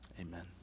Amen